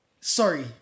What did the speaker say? sorry